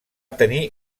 tenir